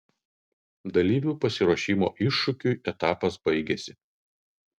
dalyvių pasiruošimo iššūkiui etapas baigiasi